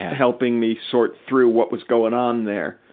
helping me sort through what was going on there.